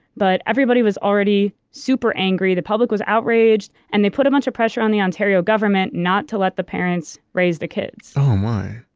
but everybody was already super angry. the public was outraged, and they put a bunch of pressure on the ontario government not to let the parents raise the kids oh my.